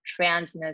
transness